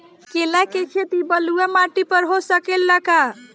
केला के खेती बलुआ माटी पर हो सकेला का?